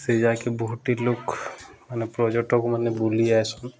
ସେ ବହୁତଟି ଲୁକ୍ ମାନେ ପର୍ଯ୍ୟଟକ ମାନେ ବୁଲି ଆସନ୍